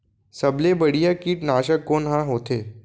सबले बढ़िया कीटनाशक कोन ह होथे?